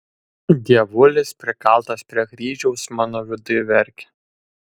dievulis prikaltas prie kryžiaus mano viduj verkia